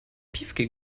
piefke